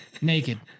Naked